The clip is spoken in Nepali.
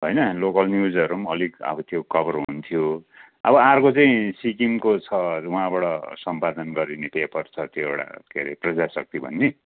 होइन लोकल न्युजहरू अलिक अब त्यो कभर हुन्थ्यो अब अर्को चाहिँ सिक्किमको छ वहाँबाट सम्पादन गरिने पेपर त्यो एउटा के गरे प्रजाशक्ति भन्ने